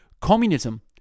Communism